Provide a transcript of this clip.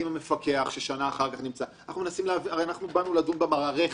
אנחנו באנו לדון במערכת,